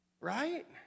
right